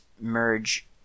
merge